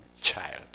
child